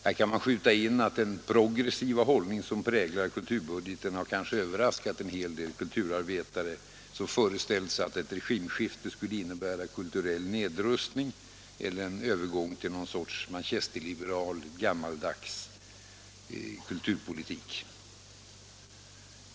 Här kan man skjuta in att den progressiva hållning som präglar kulturbudgeten kanske har överraskat en hel del kulturarbetare, som föreställt sig att ett regimskifte skulle innebära en kulturell nedrundning eller en övergång till någon sorts manchesterliberal, gammaldags kulturpolitik.